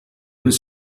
was